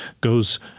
goes